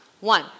One